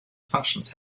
functions